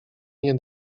nie